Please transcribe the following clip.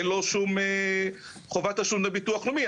אין לו שום חובת תשלום דמי ביטוח לאומי.